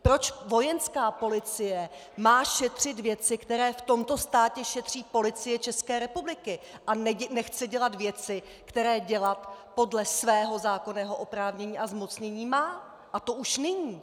Proč vojenská policie má šetřit věci, které v tomto státě šetří Policie České republiky, a nechce dělat věci, které dělat podle svého zákonného oprávnění a zmocnění má, a to už nyní?